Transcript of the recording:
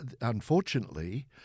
Unfortunately